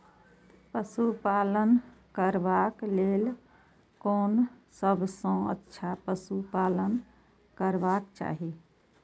पशु पालन करबाक लेल कोन सबसँ अच्छा पशु पालन करबाक चाही?